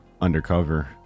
undercover